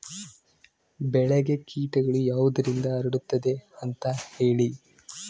ಬೆಳೆಗೆ ಕೇಟಗಳು ಯಾವುದರಿಂದ ಹರಡುತ್ತದೆ ಅಂತಾ ಹೇಳಿ?